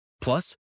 Plus